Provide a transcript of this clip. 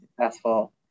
successful